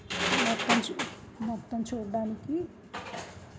మొత్తం చూడడానికి మొత్తం చూడడానికి